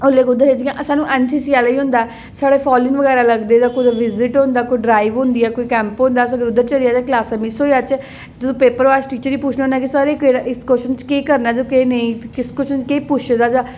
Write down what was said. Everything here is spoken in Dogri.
ओल्लै कुत्थै हे जियां एनसीसी आह्लें गी होंदा ऐ साढ़े बगैरा लगदे ते कुदै विजिट होंदा कुदै ड्राईव होंदी ऐ कुदै कैंपेन होंदा ऐ अस उद्धर चली जाह्चै ते क्लासां मिस होई जाह्न जदूं पेपर होऐ ते अस टीचर गी पुच्छने होन्ने के सर इस क्वश्चन च केह् करना केह् नेईं ते किस क्वश्चन च पुच्छे दा ऐ